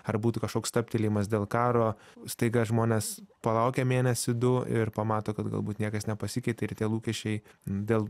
ar būtų kažkoks stabtelėjimas dėl karo staiga žmonės palaukia mėnesį du ir pamato kad galbūt niekas nepasikeitė ir tie lūkesčiai dėl